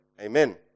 amen